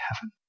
heaven